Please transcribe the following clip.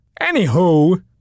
Anywho